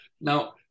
Now